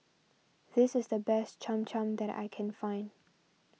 this is the best Cham Cham that I can find